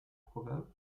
probable